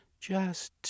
Just